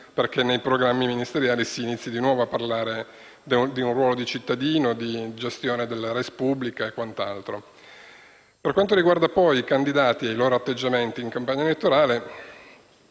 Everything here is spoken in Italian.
perché nei programmi ministeriali si inizi di nuovo a parlare del ruolo di cittadino, di gestione della *res publica* e quant'altro. Per quanto riguarda poi i candidati e i loro atteggiamenti in campagna elettorale